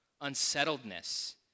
unsettledness